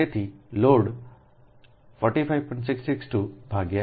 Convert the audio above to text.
તેથી લોડ 45